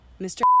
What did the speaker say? Mr